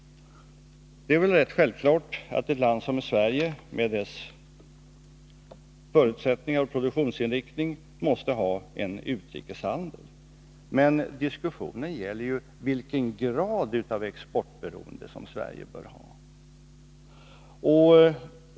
Det är väl rätt självklart att ett land som Sverige, med dess förutsättningar och produktionsinriktning, måste ha en utrikeshandel. Men diskussionen gäller ju vilken grad av exportberoende som Sverige bör ha.